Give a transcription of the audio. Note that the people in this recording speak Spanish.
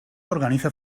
organiza